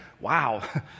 Wow